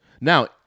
Now